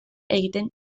egiten